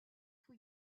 for